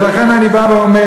ולכן אני בא ואומר